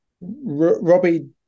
Robbie